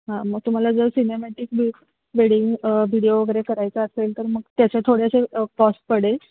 हां मग तुम्हाला जर सिनेमॅटिक बी वेडिंग विडिओ वगैरे करायचा असेल तर मग त्याच्या थोड्याशे कॉस्ट पडेल